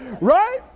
right